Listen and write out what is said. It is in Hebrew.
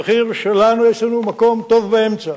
המחיר שלנו, יש לנו מקום טוב באמצע.